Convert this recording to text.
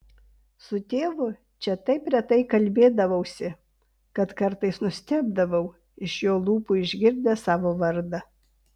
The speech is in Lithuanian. su tėvu čia taip retai kalbėdavausi kad kartais nustebdavau iš jo lūpų išgirdęs savo vardą